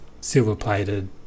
silver-plated